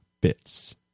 bits